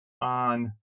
on